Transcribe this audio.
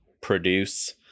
produce